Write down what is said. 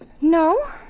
No